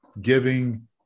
giving